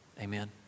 Amen